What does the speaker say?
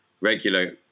Regular